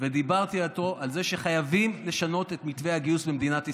ודיברתי איתו על זה שחייבים לשנות את מתווה הגיוס במדינת ישראל.